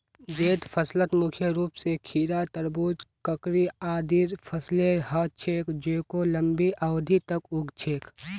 जैद फसलत मुख्य रूप स खीरा, तरबूज, ककड़ी आदिर फसलेर ह छेक जेको लंबी अवधि तक उग छेक